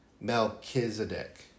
Melchizedek